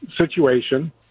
situation